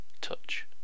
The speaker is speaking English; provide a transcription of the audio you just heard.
touch